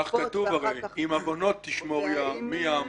כך כתוב הרי: אם עוונות תשמור יה, מי יעמוד?